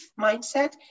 mindset